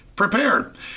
prepared